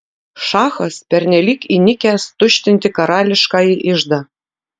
šachas pernelyg įnikęs tuštinti karališkąjį iždą